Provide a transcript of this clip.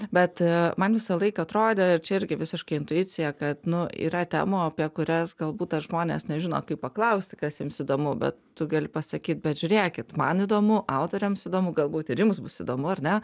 bet man visą laik atrodė čia irgi visiška intuicija kad nu yra temų apie kurias galbūt dar žmonės nežino kaip paklausti kas jiems įdomu bet tu gali pasakyt bet žiūrėkit man įdomu autoriams įdomu galbūt ir jums bus įdomu ar ne